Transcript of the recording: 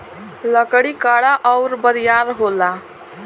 लकड़ी कड़ा अउर बरियार होला